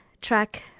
track